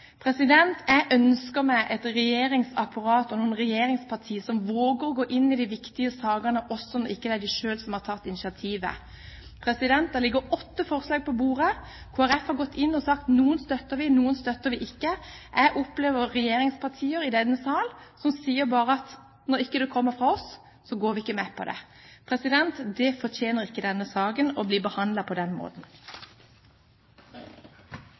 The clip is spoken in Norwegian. Jeg ønsker meg et regjeringsapparat og noen regjeringspartier som våger å gå inn i de viktige sakene – også når det ikke er dem selv som har tatt initiativet. Det ligger åtte forslag på bordet. Kristelig Folkeparti har gått inn og sagt: Noen støtter vi, noen støtter vi ikke. Jeg opplever regjeringspartier i denne sal som bare sier at når det ikke kommer fra oss, går vi ikke med på det. Denne saken fortjener ikke å bli behandlet på den måten.